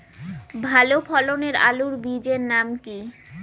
ভালো ফলনের আলুর বীজের নাম কি?